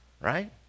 right